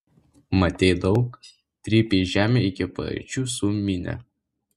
matei daug trypei žemę iki paryčių su minia